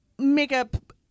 Makeup